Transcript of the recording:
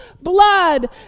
blood